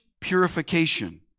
purification